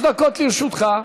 שלוש דקות לרשותך.